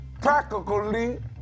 practically